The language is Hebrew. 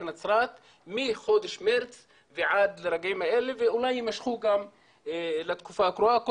נצרת מחודש מארס ועד לרגעים אלו ואולי רגעים אלה ויימשכו לתקופה הקרובה,